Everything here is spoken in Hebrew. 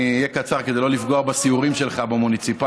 אני אהיה קצר כדי לא לפגוע בסיורים שלך במוניציפלי.